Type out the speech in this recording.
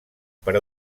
per